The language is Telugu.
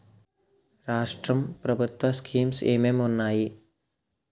రాష్ట్రం ప్రభుత్వ స్కీమ్స్ ఎం ఎం ఉన్నాయి?